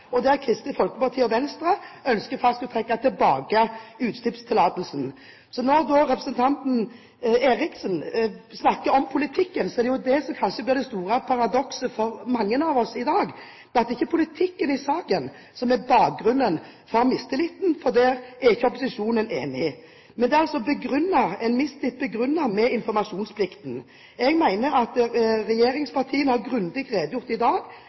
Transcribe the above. ganske særnorsk, og Kristelig Folkeparti og Venstre ønsker at en skal trekke tilbake utslippstillatelsen. Så når representanten Eriksen snakker om politikken, er det det som kanskje blir det store paradokset for mange av oss i dag: Det er ikke politikken i saken som er bakgrunnen for mistilliten, fordi den er ikke opposisjonen enig i. Det er en mistillit begrunnet med informasjonsplikten. Jeg mener at regjeringspartiene har redegjort grundig i dag